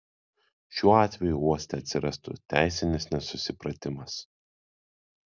šiuo atveju uoste atsirastų teisinis nesusipratimas